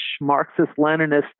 Marxist-Leninist